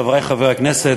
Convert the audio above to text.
חברי חברי הכנסת,